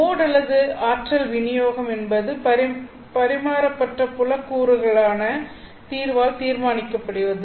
mode ஆற்றல் வினியோகம் என்பதுபரிமாற்ற புல கூறுகளுக்கான தீர்வால் தீர்மானிக்கப்படுவது